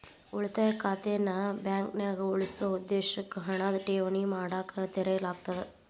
ಉಳಿತಾಯ ಖಾತೆನ ಬಾಂಕ್ನ್ಯಾಗ ಉಳಿಸೊ ಉದ್ದೇಶಕ್ಕ ಹಣನ ಠೇವಣಿ ಮಾಡಕ ತೆರೆಯಲಾಗ್ತದ